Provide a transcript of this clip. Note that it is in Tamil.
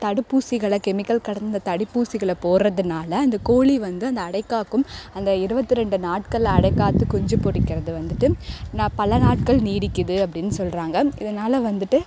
தடுப்பூசிகளை கெமிக்கல் கடந்த தடுப்பூசிகளை போட்றதுனால் அந்த கோழி வந்து அந்த அடைக்காக்கும் அந்த இருபத்தி ரெண்டு நாட்கள் அடைக்காத்து குஞ்சு பொறிக்கிறது வந்துட்டு நான் பல நாட்கள் நீடிக்குது அப்படின் சொல்கிறாங்க இதனால் வந்துட்டு